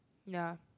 ya